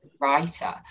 writer